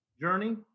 journey